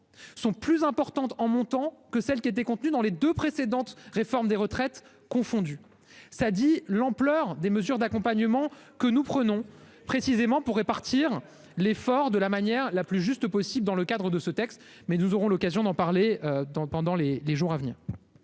sont plus importantes en montant que celles qui étaient contenu dans les deux précédentes. Réforme des retraites confondus. Ça dit l'ampleur des mesures d'accompagnement que nous prenons précisément pour répartir l'effort de la manière la plus juste possible dans le cadre de ce texte. Mais nous aurons l'occasion d'en parler dans le pendant les les jours à venir.